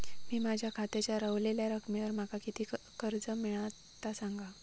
मी माझ्या खात्याच्या ऱ्हवलेल्या रकमेवर माका किती कर्ज मिळात ता सांगा?